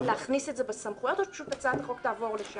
להכניס את זה בסמכויות או שהצעת החוק תעבור לשם?